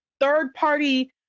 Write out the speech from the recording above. third-party